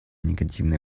негативное